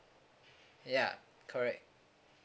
ya correct